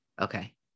Okay